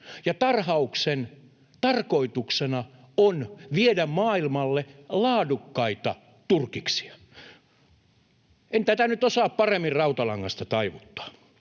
tarhauksen tarkoituksena on viedä maailmalle laadukkaita turkiksia. En tätä nyt osaa paremmin rautalangasta taivuttaa.